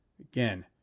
Again